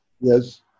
Yes